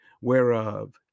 whereof